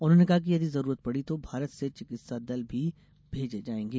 उन्होंने कहा कि यदि जरूरत पड़ी तो भारत से चिकित्सा दल भी भेजे जायेंगे